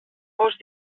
fos